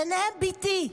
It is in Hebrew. ובהם בתי,